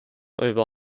over